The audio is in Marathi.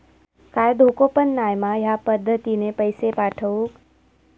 काय धोको पन नाय मा ह्या पद्धतीनं पैसे पाठउक?